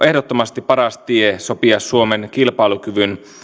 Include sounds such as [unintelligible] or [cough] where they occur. [unintelligible] ehdottomasti paras tie sopia suomen kilpailukyvyn